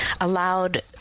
allowed